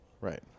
Right